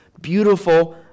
beautiful